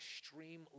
extreme